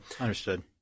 Understood